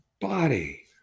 body